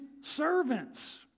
servants